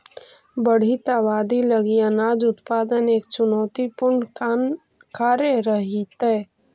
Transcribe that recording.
बढ़ित आबादी लगी अनाज उत्पादन एक चुनौतीपूर्ण कार्य रहेतइ